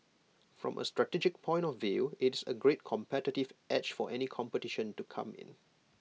from A strategic point of view it's A great competitive edge for any competition to come in